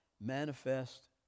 manifest